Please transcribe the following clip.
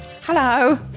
Hello